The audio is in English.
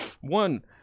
One